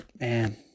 Man